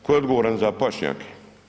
Tko je odgovoran za pašnjake?